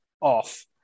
off